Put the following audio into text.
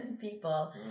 people